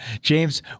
James